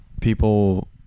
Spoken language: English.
People